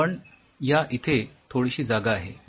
पण या इथे थोडीशी जागा आहे